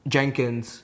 Jenkins